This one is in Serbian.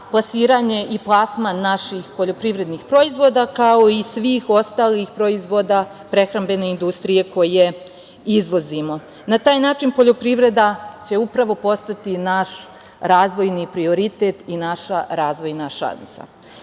plasiranje i plasman naših poljoprivrednih proizvoda, kao i svih ostalih proizvoda prehrambene industrije koje izvozimo. Na taj način poljoprivreda će upravo postati naš razvojni prioritet i naša razvojna